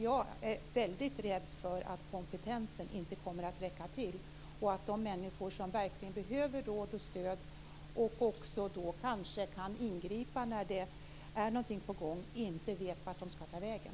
Jag är väldigt rädd för att kompetensen inte kommer att räcka till och att de människor som verkligen behöver råd och stöd och någon som kanske kan gripa in när det är någonting på gång inte vet vart de skall ta vägen.